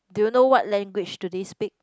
do you know what language do they speak